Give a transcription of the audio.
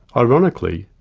ironically,